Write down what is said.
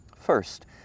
First